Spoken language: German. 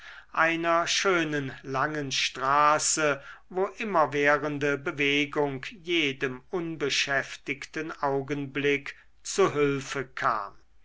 einer schönen langen straße wo immerwährende bewegung jedem unbeschäftigten augenblick zu hülfe kam